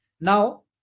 Now